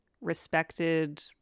respected